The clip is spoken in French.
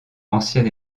ancien